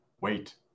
wait